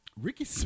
Ricky